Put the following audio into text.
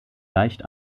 leicht